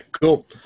cool